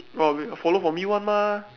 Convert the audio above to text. orh will follow from you one mah